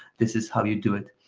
this is how you do it.